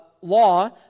law